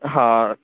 ਹਾਂ